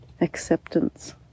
acceptance